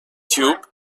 tubes